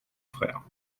frère